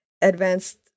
advanced